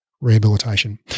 Rehabilitation